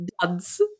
Duds